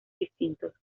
distintos